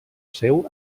seu